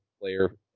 player